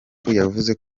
yavuze